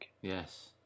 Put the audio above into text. Yes